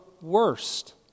worst